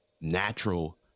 natural